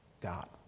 God